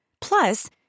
Plus